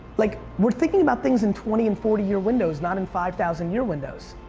like, we're thinking about things in twenty and forty year windows, not in five thousand year windows.